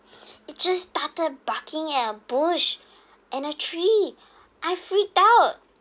it just started barking at a bush and a tree I freaked out